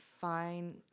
fine